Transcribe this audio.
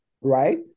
right